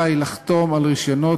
חוק הפיקוח על יצוא ביטחוני (תיקון),